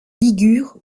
ligures